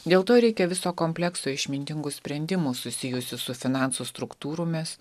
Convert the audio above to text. dėl to reikia viso komplekso išmintingų sprendimų susijusių su finansų struktūromis